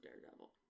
Daredevil